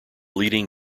leading